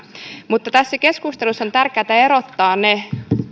mutta tässä keskustelussa on tärkeätä erottaa ne